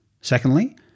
Secondly